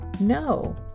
no